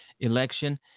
election